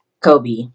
Kobe